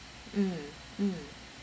mm mm